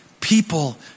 people